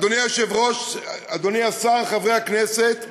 אדוני היושב-ראש, אדוני השר, חברי הכנסת,